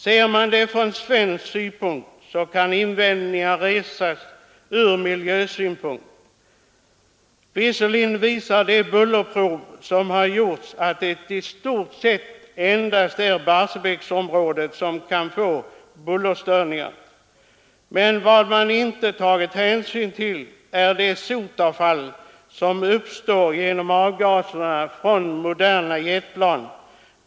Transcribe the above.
Ser man det från svensk synpunkt så kan invändningar resas med tanke på miljön. Visserligen visar de bullerprov som gjorts att det i stort sett endast är Barsebäcksområdet som kan få bullerstörningar, men vad man inte tagit hänsyn till är det sotavfall som uppstår genom avgaserna från moderna jetplan.